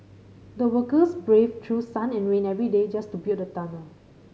the workers braved through sun and rain every day just to build the tunnel